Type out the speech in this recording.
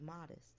modest